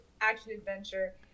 action-adventure